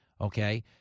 okay